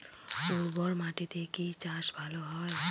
উর্বর মাটিতে কি চাষ ভালো হয়?